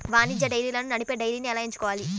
వాణిజ్య డైరీలను నడిపే డైరీని ఎలా ఎంచుకోవాలి?